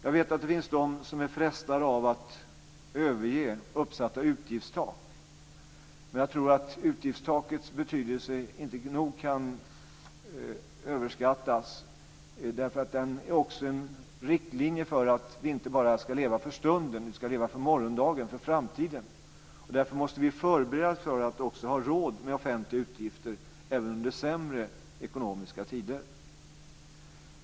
Jag vet att det finns de som är frestade att överge uppsatta utgiftstak. Men jag tror att utgiftstakens betydelse inte nog kan överskattas. De är ju också en riktlinje för att vi inte bara ska leva för stunden, utan för morgondagen och för framtiden. Därför måste vi förbereda oss för att ha råd med offentliga utgifter också i sämre ekonomiska tider.